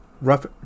Rough